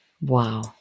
Wow